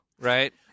right